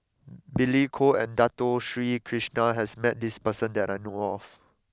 Billy Koh and Dato Sri Krishna has met this person that I know of